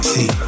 See